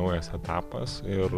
naujas etapas ir